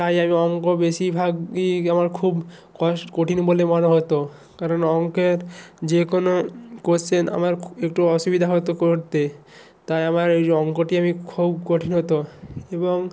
তাই আমি অঙ্ক বেশিভাগই আমার খুব কস কঠিন বলে মনে হতো কারণ অঙ্কে যে কোনো কোয়েশ্চেন আমার খু একটু অসুবিধা হতো করতে তাই আমার এই অঙ্কটি আমি খুব কঠিন হতো এবং